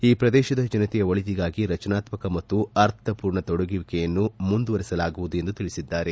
ಈ ಪ್ರದೇಶದ ಜನತೆಯ ಒಳಿತಿಗಾಗಿ ರಚನಾತ್ಮಕ ಮತ್ತು ಅರ್ಥಪೂರ್ಣ ತೊಡಗುವಿಕೆಯನ್ನು ಮುಂದುವರೆಸಲಾಗುವುದು ಎಂದು ತಿಳಿಸಿದ್ದಾರೆ